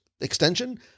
extension